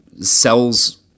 sells